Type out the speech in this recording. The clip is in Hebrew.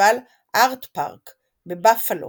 פסטיבל ארטפארק בבאפאלו,